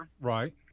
Right